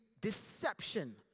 deception